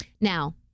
Now